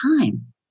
time